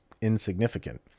insignificant